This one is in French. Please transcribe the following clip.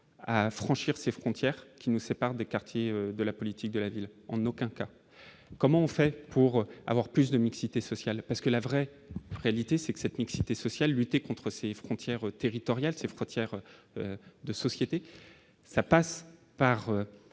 à franchir ses frontières qui nous sépare des quartiers de la politique de la ville, en aucun cas, comment on fait pour avoir plus de mixité sociale parce que la vraie réalité, c'est que cette mixité sociale lutter contre ses frontières territoriales ses frontières de société, ça passe par